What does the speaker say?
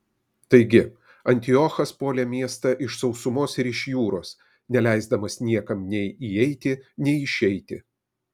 taigi antiochas puolė miestą iš sausumos ir iš jūros neleisdamas niekam nei įeiti nei išeiti